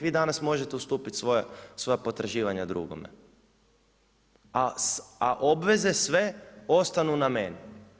Vi danas možete ustupiti svoja potraživanja drugome, a obveze sve ostanu na meni.